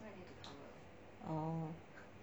oh